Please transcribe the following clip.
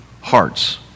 hearts